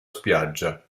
spiaggia